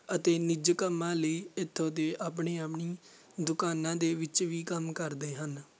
ਅਤੇ ਨਿਜੀ ਕੰਮਾਂ ਲਈ ਇੱਥੋਂ ਦੇ ਆਪਣੇ ਆਪਣੀ ਦੁਕਾਨਾਂ ਦੇ ਵਿੱਚ ਵੀ ਕੰਮ ਕਰਦੇ ਹਨ